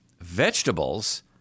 vegetables